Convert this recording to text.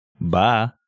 Bye